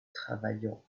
travaillant